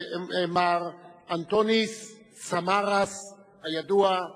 מר אנטוניס סמאראס, הידוע,